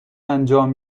انجام